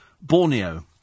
Borneo